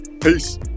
Peace